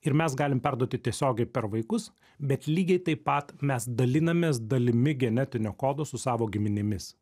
ir mes galim perduoti tiesiogiai per vaikus bet lygiai taip pat mes dalinamės dalimi genetinio kodo su savo giminėmis